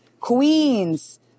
Queens